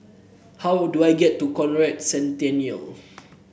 how do I get to Conrad Centennial